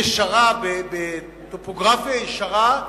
בטופוגרפיה ישרה,